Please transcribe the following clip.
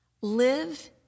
Live